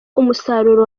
umusaruro